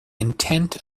intent